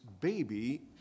baby